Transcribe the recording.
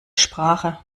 sprache